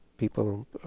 People